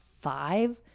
five